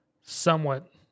somewhat